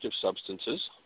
substances